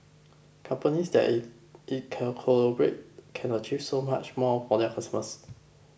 companies that in in can collaborate can achieve so much more for their customers